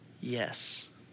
Yes